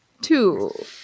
two